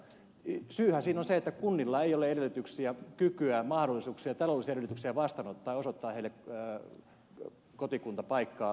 syyhän siinä on se että kunnilla ei ole edellytyksiä kykyä mahdollisuuksia taloudellisia edellytyksiä vastaanottaa ja osoittaa heille kotikuntapaikkaa